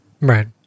Right